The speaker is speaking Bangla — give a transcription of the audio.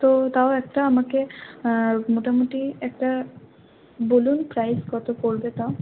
তো তাও একটা আমাকে মোটামুটি একটা বলুন প্রাইজ কত পড়বে তাও